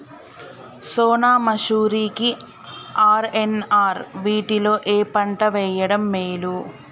సోనా మాషురి కి ఆర్.ఎన్.ఆర్ వీటిలో ఏ పంట వెయ్యడం మేలు?